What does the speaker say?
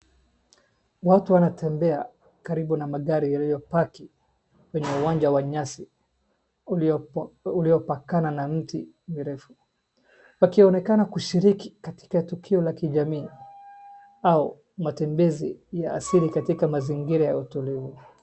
Watu wanatembea karibu na magari yalio paki kwenye uwanja wa nyasi uliopakana na miti mirefu. Wakionekana kushiriki katika tukio la kijamii au matembezi ya asili katika mazingira ya tulivu.